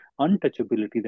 untouchability